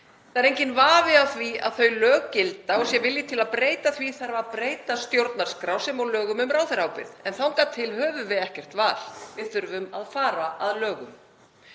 Það er enginn vafi á því að þau lög gilda og sé vilji til að breyta því þarf að breyta stjórnarskrá sem og lögum um ráðherraábyrgð en þangað til höfum við ekkert val. Við þurfum að fara að lögum.